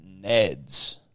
NEDS